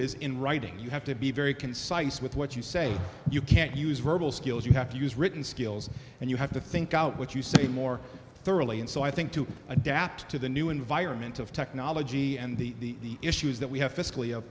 is in writing you have to be very concise with what you say you can't use verbal skills you have to use written skills and you have to think out what you say more thoroughly and so i think to adapt to the new environment of technology and the issues that we have fiscally